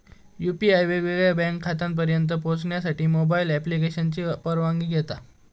UPI वेगवेगळ्या bank खात्यांपर्यंत पोहचण्यासाठी मोबाईल ॲप्लिकेशनची परवानगी घेता